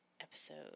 episode